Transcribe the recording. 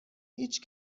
هیچ